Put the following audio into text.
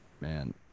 Man